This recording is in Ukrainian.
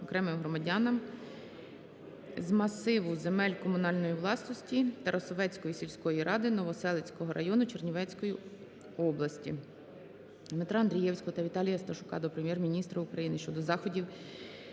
окремим громадянам з масиву земель комунальної власності Тарасовецької сільської ради Новоселицького району Чернівецької обласної. Дмитра Андрієвського та Віталія Сташука до Прем'єр-міністра України щодо заходів